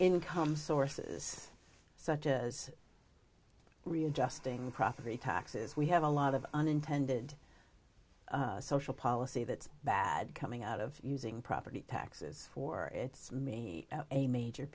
sources such as readjusting property taxes we have a lot of unintended social policy that's bad coming out of using property taxes for it's me a major